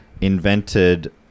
invented